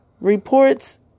reports